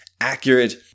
accurate